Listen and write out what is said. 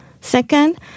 Second